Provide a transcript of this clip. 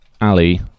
Ali